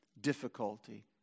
difficulty